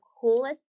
coolest